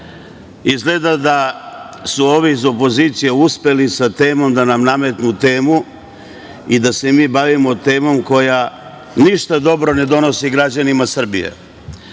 izgleda da su ovi iz opozicije uspeli da nam nametnu temu i da se mi bavimo temom koja ništa dobro ne donosi građanima Srbije,